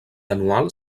anual